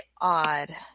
odd